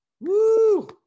Woo